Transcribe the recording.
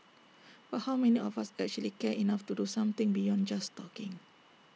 but how many of us actually care enough to do something beyond just talking